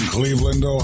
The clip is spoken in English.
Cleveland